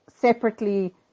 separately